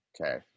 Okay